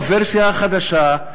בוורסיה החדשה,